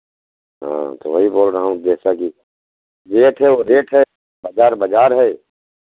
हाँ तो वही बोल रहा हूँ जैसा कि रेट है वो रेट है बाज़ार बाज़ार है